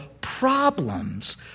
problems